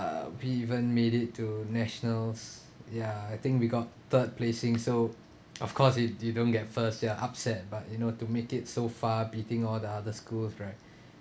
uh we even made it to nationals ya I think we got third placing so of course if you don't get first we are upset but you know to make it so far beating all the other schools right